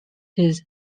his